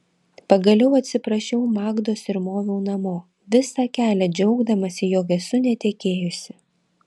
pagaliau atsiprašiau magdos ir moviau namo visą kelią džiaugdamasi jog esu netekėjusi